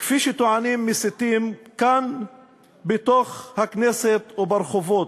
כפי שטוענים מסיתים כאן בתוך הכנסת וברחובות,